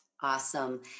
Awesome